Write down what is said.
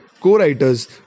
co-writers